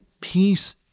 peace